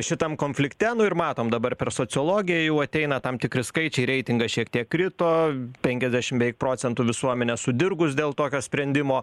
šitam konflikte nu ir matom dabar per sociologiją jau ateina tam tikri skaičiai reitingas šiek tiek krito penkiasdešim procentų visuomenės sudirgus dėl tokio sprendimo